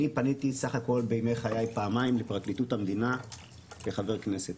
אני פניתי סך הכול בימי חיי פעמיים לפרקליטות המדינה כחבר כנסת.